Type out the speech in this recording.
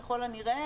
ככל הנראה,